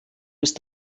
ist